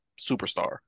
superstar